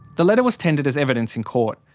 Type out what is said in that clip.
the letter was tendered as evidence in court.